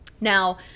Now